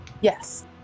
Yes